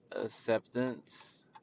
Acceptance